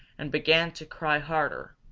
and began to cry harder.